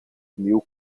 new